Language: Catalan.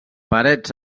parets